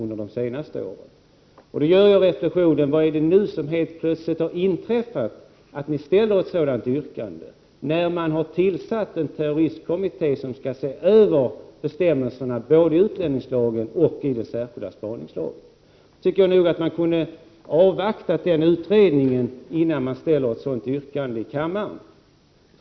Jag gör därför reflexionen: Vad är det då som helt plötsligt har inträffat och som gör att ni ställer ett sådant yrkande nu, när man har tillsatt en terroristlagstiftningskommitté, som skall se över bestämmelserna både i utlänningslagen och i den särskilda spaningslagen? Jag tycker att man kan avvakta resultatet av den utredningen innan man ställer ett sådant yrkande i kammaren.